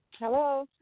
Hello